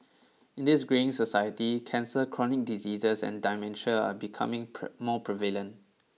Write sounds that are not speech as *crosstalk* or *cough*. in this greying society cancer chronic diseases and dementia are becoming *unintelligible* more prevalent